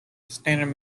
standard